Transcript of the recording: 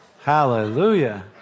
Hallelujah